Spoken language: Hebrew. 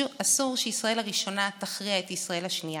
אסור שישראל הראשונה תכריע את ישראל השנייה,